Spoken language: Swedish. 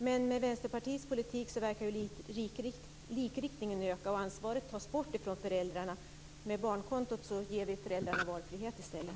Men med Vänsterpartiets politik verkar likriktningen öka och ansvaret tas bort från föräldrarna. Med barnkontot ger vi föräldrarna valfrihet i stället.